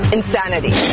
insanity